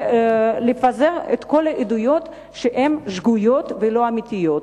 ולפזר את כל העדויות שהן שגויות ולא אמיתיות.